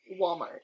Walmart